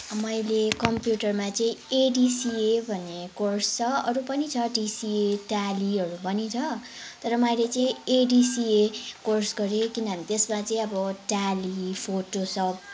मैले कम्प्युटरमा चाहिँ एडिसिए भन्ने कोर्स छ अरू पनि छ डिसिए ट्यालीहरू पनि छ तर मैले चाहिँ एडिसिए कोर्स गरेँ किनभने त्यसमा चाहिँ अब ट्याली फोटोसोप